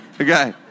Okay